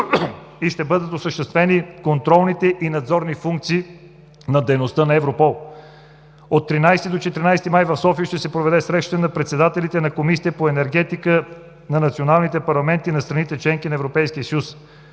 и ще бъдат осъществени контролните и надзорни функции на дейността на Европол. От 13 до 14 май в София ще се проведе Среща на председателите на комисиите по енергетика на националните парламенти на страните – членки на Европейския съюз.